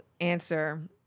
answer